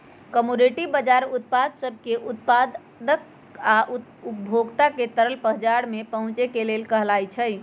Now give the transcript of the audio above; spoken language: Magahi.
कमोडिटी बजार उत्पाद सब के उत्पादक आ उपभोक्ता के तरल बजार में पहुचे के लेल कहलाई छई